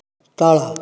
ତଳ